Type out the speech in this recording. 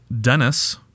Dennis